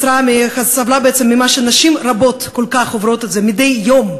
וסבלה בעצם ממה שנשים רבות כל כך עוברות מדי יום.